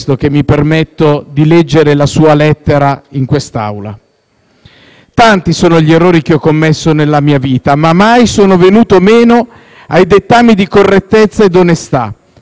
«Tanti sono gli errori che ho commesso nella mia vita (...) ma mai sono venuto meno ai dettami di correttezza ed onestà. Me ne vado dunque con la faccia pulita della persona per bene.